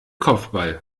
kopfball